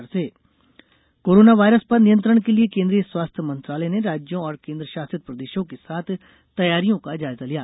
corona corona virus पर नियंत्रण के लिए केन्द्रीय स्वास्थ्य मंत्रालय ने राज्यों और केन्द्रशासित प्रदेशों के साथ तैयारियों का जायजा लिया